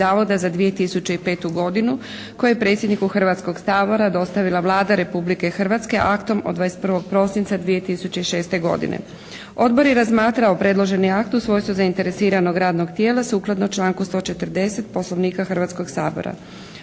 za 2005. godinu koje je predsjedniku Hrvatskog sabora dostavila Vlada Republike Hrvatske aktom od 21. prosinca 2006. godine. Odbor je razmatrao predloženi akt u svojstvu zainteresiranog radnog tijela sukladno članku 140. Poslovnika Hrvatskog sabora.